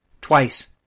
twice